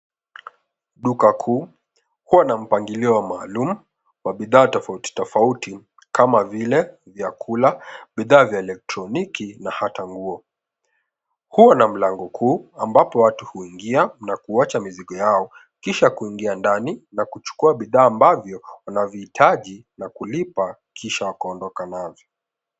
Duka kuu huwa na mpangilio wa maalum wa bidhaa tofauti tofauti kama vile vyakula, bidhaa vya elektroniki na hata nguo. Huwa na mlango kuu ambapo watu huingia na kuacha mizigo yao kisha kuingia ndani na kuchukua bidhaa ambavyo wanavihitaji na kulipa kisha wakaondoka navyo.